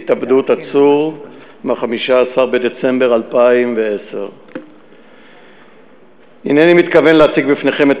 התאבדות עצור ב-5 בדצמבר 2010. הנני מתכוון להציג בפניכם את